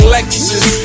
Lexus